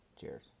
Cheers